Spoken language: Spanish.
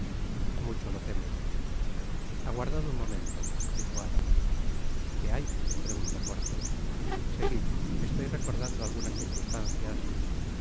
mucho lo teme aguardad un momento dijo aramis qué hay preguntó porthos seguid estoy recordando algunas circunstancias